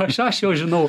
aš aš jau žinau